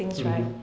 mmhmm